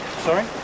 Sorry